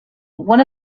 one